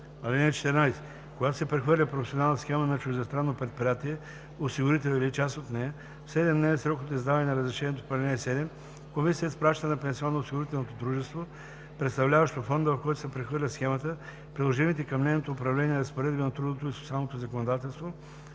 (14) Когато се прехвърля професионална схема на чуждестранно предприятие осигурител или част от нея, в 7-дневен срок от издаване на разрешението по ал. 7 комисията изпраща на пенсионноосигурителното дружество, представляващо фонда, в който се прехвърля схемата, приложимите към нейното управление разпоредби на трудовото и социалното законодателство